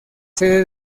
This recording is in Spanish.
sede